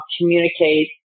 communicate